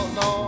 no